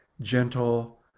gentle